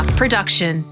production